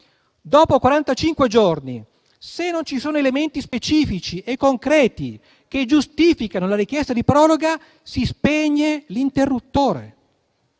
giorni, se non ci sono elementi specifici e concreti che giustifichino la richiesta di proroga, si spegne l'interruttore.